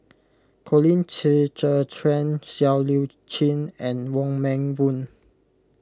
Colin Qi Zhe Quan Siow Lee Chin and Wong Meng Voon